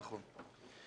נכון.